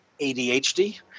ADHD